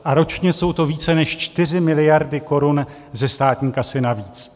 A ročně jsou to více než 4 miliardy korun ze státní kasy navíc.